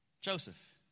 Joseph